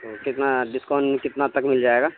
تو کتنا ڈسکاؤنٹ کتنا تک مل جائے گا